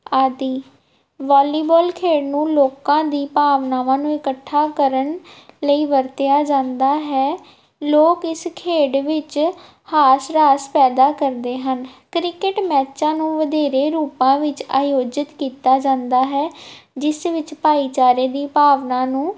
ਆਦਿ ਵਾਲੀਬਾਲ ਖੇਡ ਨੂੰ ਲੋਕਾਂ ਦੀ ਭਾਵਨਾਵਾਂ ਨੂੰ ਇਕੱਠਾ ਕਰਨ ਲਈ ਵਰਤਿਆ ਜਾਂਦਾ ਹੈ ਲੋਕ ਇਸ ਖੇਡ ਵਿੱਚ ਹਾਸ ਰਾਸ ਪੈਦਾ ਕਰਦੇ ਹਨ ਕ੍ਰਿਕਟ ਮੈਚਾਂ ਨੂੰ ਵਧੇਰੇ ਰੂਪਾਂ ਵਿੱਚ ਆਯੋਜਿਤ ਕੀਤਾ ਜਾਂਦਾ ਹੈ ਜਿਸ ਵਿੱਚ ਭਾਈਚਾਰੇ ਦੀ ਭਾਵਨਾ ਨੂੰ